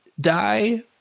die